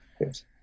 Yes